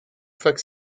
fac